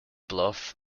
bluff